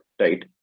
right